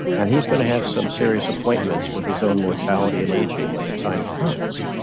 and he's gonna have some serious appointments with his own mortality and aging when the time comes.